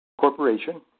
corporation